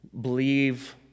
believe